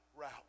route